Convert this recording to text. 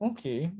Okay